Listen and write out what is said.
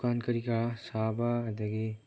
ꯗꯨꯀꯥꯟ ꯀꯔꯤ ꯀꯔꯥ ꯁꯥꯕ ꯑꯗꯒꯤ